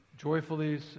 joyfully